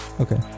Okay